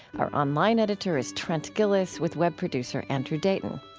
our online editor is trent gilliss, with web producer andrew dayton.